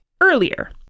earlier